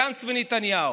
גנץ ונתניהו.